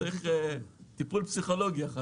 צריך טיפול פסיכולוגי.